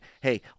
hey